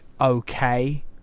okay